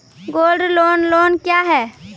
Gold loan loan क्या हैं?